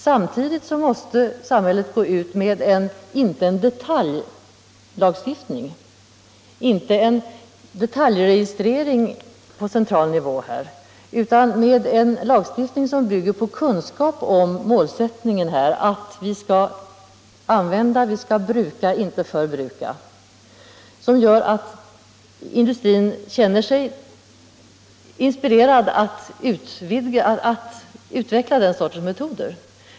Samtidigt måste samhället gå ut med inte en detaljlagstiftning, inte en detaljregistrering på central nivå, utan med en lagstiftning som bygger på kunskap om målsättningen att vi skall bruka — inte förbruka — och som gör att industrin känner sig inspirerad till att utveckla den sortens metoder.